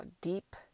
deep